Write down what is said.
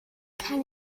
kann